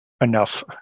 enough